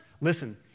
Listen